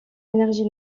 énergie